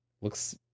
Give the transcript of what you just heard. Looks